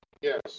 Yes